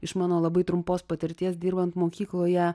iš mano labai trumpos patirties dirbant mokykloje